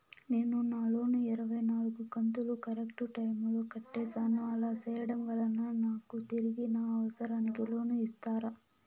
నేను నా లోను ఇరవై నాలుగు కంతులు కరెక్టు టైము లో కట్టేసాను, అలా సేయడం వలన నాకు తిరిగి నా అవసరానికి లోను ఇస్తారా?